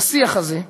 לשיח הזה,